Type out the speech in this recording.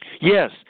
Yes